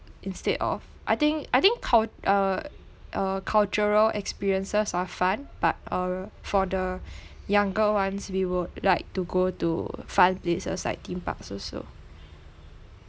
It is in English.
instead of I think I think cul~ uh uh cultural experiences are fun but uh for the younger ones we would like to go to fun places like theme parks also